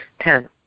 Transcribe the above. Ten